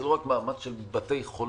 זה לא רק מאמץ של בתי חולים,